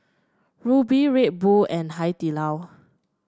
Rubi Red Bull and Hai Di Lao